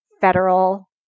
federal